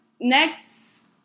next